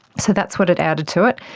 so that's what it added to it.